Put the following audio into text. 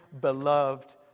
beloved